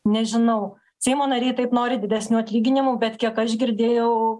nežinau seimo nariai taip nori didesnių atlyginimų bet kiek aš girdėjau